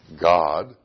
God